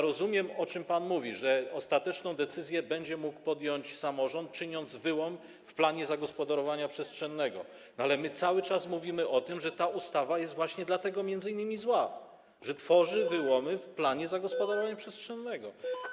Rozumiem, o czym pan mówi: że ostateczną decyzję będzie mógł podjąć samorząd, czyniąc wyłom w planie zagospodarowania przestrzennego, ale cały czas mówimy o tym, że ta ustawa jest m.in. właśnie dlatego zła, że tworzy wyłomy w planie zagospodarowania przestrzennego.